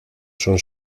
son